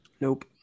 Nope